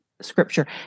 Scripture